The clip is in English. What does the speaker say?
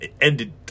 ended